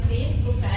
Facebook